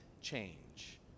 change